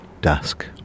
dusk